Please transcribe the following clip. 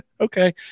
okay